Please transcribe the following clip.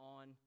on